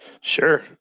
Sure